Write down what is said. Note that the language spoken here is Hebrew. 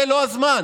זה לא הזמן.